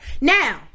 Now